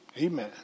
Amen